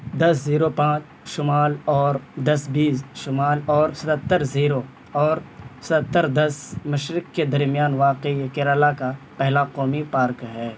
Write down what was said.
دس zero پانچ شمال اور دس بیس شمال اور ستّر زیرو اور ستّر دس مشرق کے درمیان واقع یہ کیرالا کا پہلا قومی پارک ہے